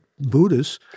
Buddhists